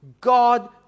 God